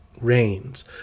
rains